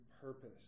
purpose